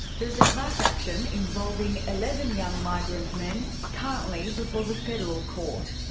there's a class action involving eleven young migrant men currently before the federal court.